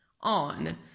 on